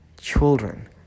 children